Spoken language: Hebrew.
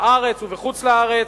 בארץ ובחוץ-לארץ,